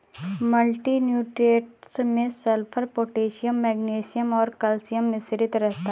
multi nutrients में sulphur, potassium magnesium और calcium मिश्रित रहता है